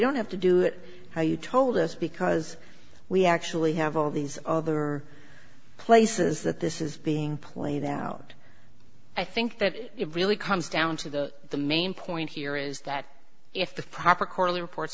don't have to do it now you told us because we actually have all these other places that this is being played out i think that it really comes down to the the main point here is that if the proper quarterly reports